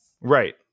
Right